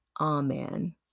Amen